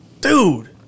Dude